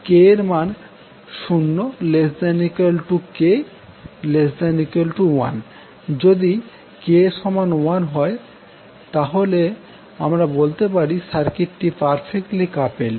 k এর মান হবে 0≤k≤1 যদি k1 হয় তাহলে আমরা বলতে পারি সার্কিট টি পারফেক্টলি কাপেলড